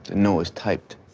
the note was typed.